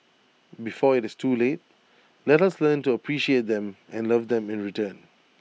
before IT is too late let us learn to appreciate them and love them in return